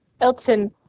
Elton